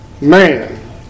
man